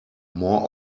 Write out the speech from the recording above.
more